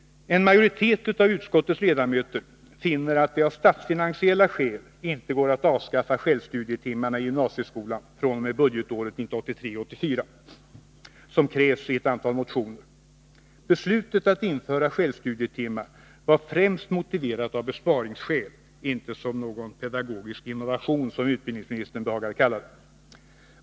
En majoritet av utskottets ledamöter finner att det av statsfinansiella skäl inte går att avskaffa självstudietimmarna i gymnasieskolan fr.o.m. budget året 1983/84, som krävts i ett antal motioner. Beslutet att införa självstudietimmar var främst motiverat av besparingsskäl. Det var inte någon pedagogisk innovation, som utbildningsministern behagade kalla det.